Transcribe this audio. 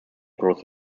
grows